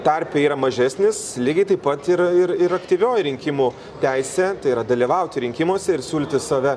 tarpe yra mažesnis lygiai taip pat ir ir ir aktyvioji rinkimų teisė tai yra dalyvauti rinkimuose ir siūlyti save